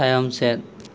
ᱛᱟᱭᱚᱢ ᱥᱮᱫ